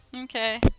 Okay